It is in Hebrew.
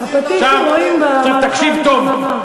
הפטיש שרואים במערכה הראשונה.